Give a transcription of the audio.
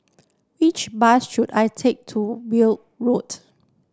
which bus should I take to Weld Road